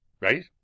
right